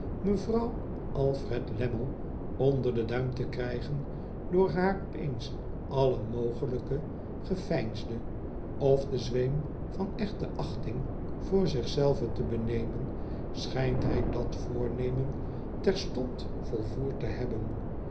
mevrouw alfred lammie onder den duim te krijgen door haar op eens alle mogelijke geveinsde of den zweem van echte achting voor zich zelve te benemen schijnt hij dat voornemen terstond volvoerd te hebben